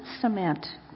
cement